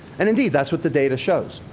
and indeed, that's what the data shows.